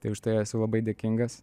tai užtai esu labai dėkingas